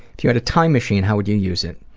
if you had a time machine, how would you use it?